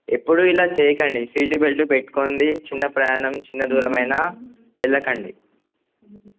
ఎప్పుడూ ఇలా చేయకండి సీటు బెల్ట్ పెట్టుకొండి చిన్న ప్రయాణం చిన్న దూరమైనా వెళ్ళకండి